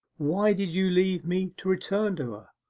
why did you leave me to return to her?